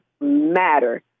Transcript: matter